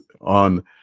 on